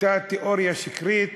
אותה תיאוריה שקרית,